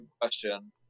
question